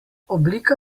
oblika